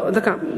לא, דקה.